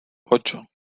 ocho